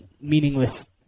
meaningless